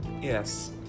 Yes